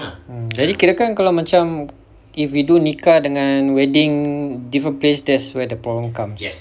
mm jadi kirakan kalau macam if we do nikah and wedding different place that's where the problem comes